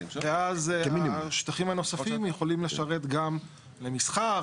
ואז השטחים הנוספים יכולים לשרת גם למסחר,